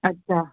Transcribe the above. अच्छा